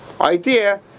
idea